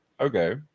okay